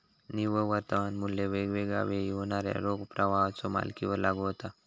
निव्वळ वर्तमान मू्ल्य वेगवेगळा वेळी होणाऱ्यो रोख प्रवाहाच्यो मालिकेवर लागू होता